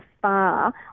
far